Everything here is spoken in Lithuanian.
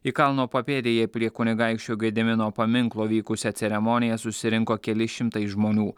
į kalno papėdėje prie kunigaikščio gedimino paminklo vykusią ceremoniją susirinko keli šimtai žmonių